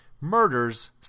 murders